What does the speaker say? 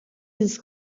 his